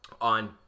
on